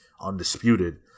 undisputed